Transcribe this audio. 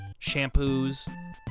shampoos